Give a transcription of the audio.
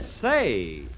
say